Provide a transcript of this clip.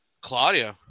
Claudio